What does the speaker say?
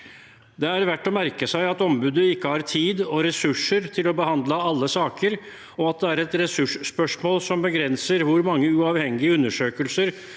Det er verdt å merke seg at ombudet ikke har tid og ressurser til å behandle alle saker, og at det er ressursspørsmål som begrenser hvor mange uavhengige undersøkelser